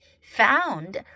Found